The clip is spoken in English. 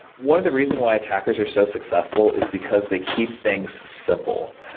one of the reason why attackers are so successful is because they keep things simple.